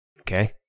Okay